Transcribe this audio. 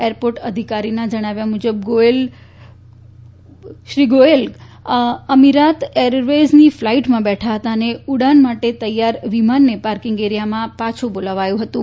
airport અધિકારીના જણાવ્યા મુજબ ગોયલ દંપત્તી અમીરાત એરવેઝની ફ્લાઈટમાં બેઠા ફતા અને ઉડાન માટે તૈયાર વિમાનને પાત્કગ એરિયામાં પાછુ બોલાવાયું ફતું